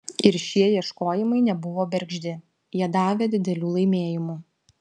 ir šie ieškojimai nebuvo bergždi jie davė didelių laimėjimų